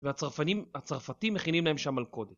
והצרפתים מכינים להם שם מלכודת